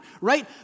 right